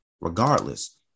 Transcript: Regardless